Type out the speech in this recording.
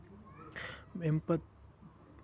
أمہِ پَتہٕ